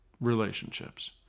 relationships